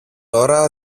ώρα